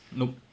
nope